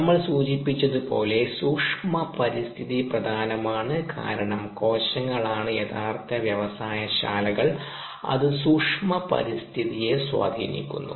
നമ്മൾ സൂചിപ്പിച്ചതുപോലെ സൂക്ഷ്മ പരിസ്ഥിതി പ്രധാനമാണ് കാരണം കോശങ്ങൾ ആണ് യഥാർത്ഥ വ്യവസായ ശാലകൾ അത് സൂക്ഷ്മ പരിസ്ഥിതിയെ സ്വാധീനിക്കുന്നു